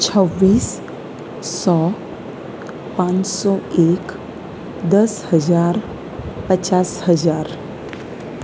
છવ્વીસ સો પાંચસો એક દસ હજાર પચાસ હજાર